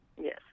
Yes